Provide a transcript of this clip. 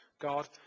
God